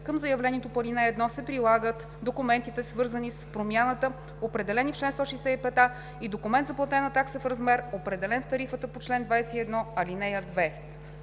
Към заявлението по ал. 1 се прилагат документите, свързани с промяната, определени в чл. 165а, и документ за платена такса в размер, определен в тарифата по чл. 21, ал. 2.“